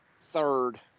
third